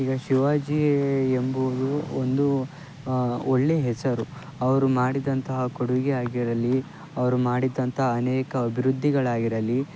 ಈಗ ಶಿವಾಜಿ ಎಂಬುವವ್ರು ಒಂದು ಒಳ್ಳೆಯ ಹೆಸರು ಅವರು ಮಾಡಿದಂತಹ ಕೊಡುಗೆ ಆಗಿರಲಿ ಅವರು ಮಾಡಿದಂಥ ಅನೇಕ ಅಭಿವೃದ್ಧಿಗಳಾಗಿರಲಿ